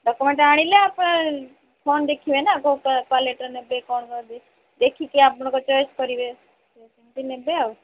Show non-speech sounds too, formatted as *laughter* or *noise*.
document ଆଣିଲେ *unintelligible* phone ଦେଖିବେ ନା କୋଉଟା କ୍ୟାଲିଟିର ନେବେ କ'ଣ ନେବେ ଦେଖିକି ଆପଣଙ୍କ ଚଏସ କରିବେ *unintelligible* ନେବେ ଆଉ